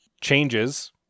changes